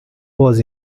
was